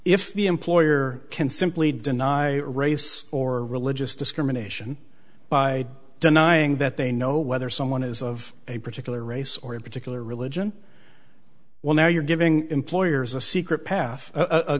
if the employer can simply deny race or religious discrimination by denying that they know whether someone is of a particular race or a particular religion well now you're giving employers a secret path